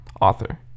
author